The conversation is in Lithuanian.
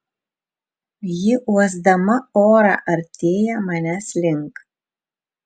ji uosdama orą artėja manęs link